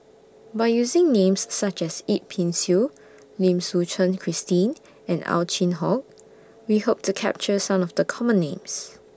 By using Names such as Yip Pin Xiu Lim Suchen Christine and Ow Chin Hock We Hope to capture Some of The Common Names